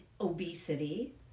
obesity